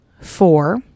four